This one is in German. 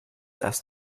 das